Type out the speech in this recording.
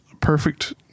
perfect